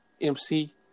MC